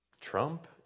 Trump